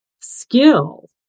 skill